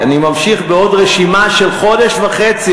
שמי שלקח לעמוד בראשו מתוך אחריות ושליחות ציבורית,